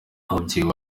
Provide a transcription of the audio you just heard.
umubyeyi